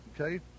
Okay